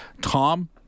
Tom